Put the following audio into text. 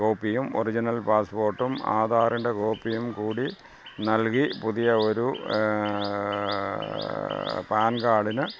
കോപ്പിയും ഒറിജിനൽ പാസ്പോർട്ടും ആധാറിൻ്റെ കോപ്പിയും കൂടി നൽകി പുതിയ ഒരു പാൻ കാർഡിന്